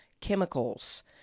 chemicals